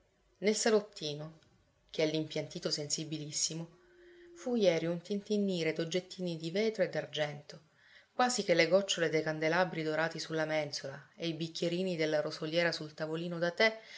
sensibilissimo fu jeri un tintinnire d'oggettini di vetro e d'argento quasi che le gocciole dei candelabri dorati sulla mensola e i bicchierini della rosoliera sul tavolino da tè